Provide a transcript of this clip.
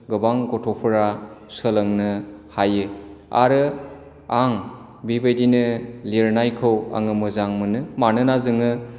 गोबां गथ'फोरा सोलोंनो हायो आरो आं बेबायदिनो लिरनायखौ आङो मोजां मोनो मानोना जोङो